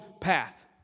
path